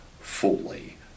fully